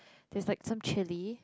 there's like some chilli